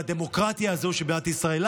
והדמוקרטיה הזאת שבמדינת ישראל,